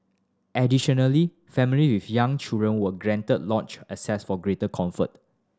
additionally family with young children were granted lounge access for greater comfort